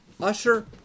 Usher